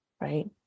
right